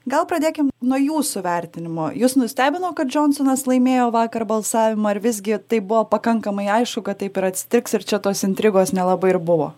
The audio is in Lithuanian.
gal pradėkim nuo jūsų vertinimo jus nustebino kad džonsonas laimėjo vakar balsavimą ar visgi tai buvo pakankamai aišku kad taip ir atsitiks ir čia tos intrigos nelabai ir buvo